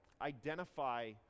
identify